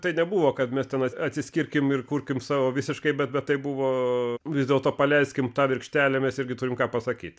tai nebuvo kad mes ten atsiskirkim ir kurkim savo visiškai bet bet tai buvo vis dėlto paleiskim tą virkštelę mes irgi turim ką pasakyt